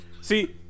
see